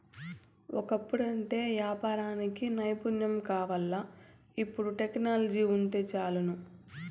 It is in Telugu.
ఒకప్పుడంటే యాపారానికి నైపుణ్యం కావాల్ల, ఇపుడు టెక్నాలజీ వుంటే చాలును